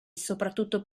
soprattutto